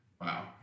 Wow